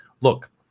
Look